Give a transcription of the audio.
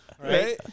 Right